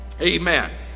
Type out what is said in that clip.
Amen